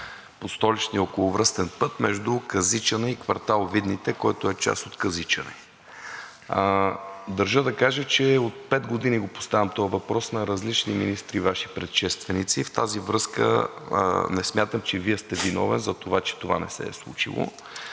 под столичен околовръстен път, между Казичене и квартал „Видните“, който е част от Казичене. Държа да кажа, че от пет години го поставям този въпрос на различни министри, Ваши предшественици. В тази връзка не смятам, че Вие сте виновен за това, че това не се е случило.